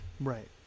right